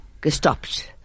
gestoppt